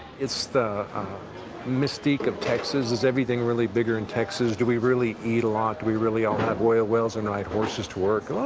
it's the mystique of texas. is everything really bigger in texas? do we really eat a lot? do we really own oil wells and ride horses to work? well,